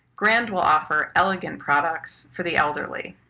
grand will offer elegant products for the elderly.